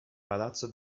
palazzo